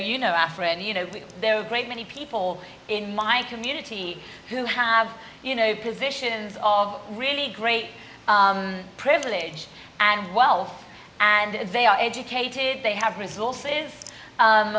you know africa and you know there are great many people all in my community who have you know positions of really great privilege and wealth and they are educated they have resources